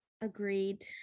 Agreed